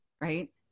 right